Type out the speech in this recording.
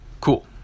Cool